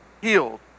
healed